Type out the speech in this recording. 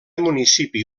municipi